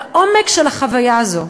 את העומק של החוויה הזו,